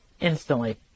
instantly